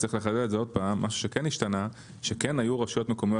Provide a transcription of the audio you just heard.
וצריך לחדד את זה עוד פעם: כן היו רשויות מקומיות